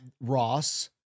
Ross